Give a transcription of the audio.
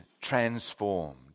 transformed